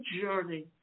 journey